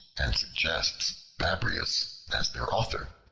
and suggests babrias as their author.